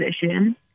position